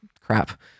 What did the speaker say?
crap